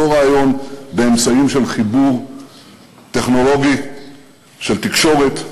אותו רעיון באמצעים של חיבור טכנולוגי של תקשורת,